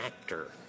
actor